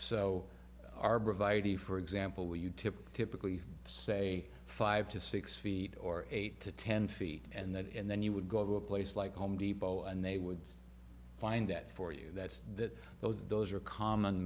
provided for example where you tip typically say five to six feet or eight to ten feet and that and then you would go to a place like home depot and they would find that for you that's that those those are common